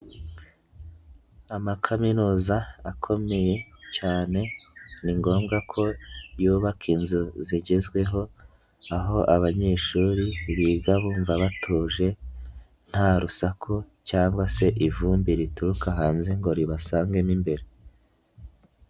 Amakaminuza akomeye cyane, ni ngombwa ko yubaka inzu zigezweho, aho abanyeshuri biga bumva batuje, nta rusaku cyangwa se ivumbi rituruka hanze ngo ribasangemo imbere.